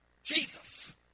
Jesus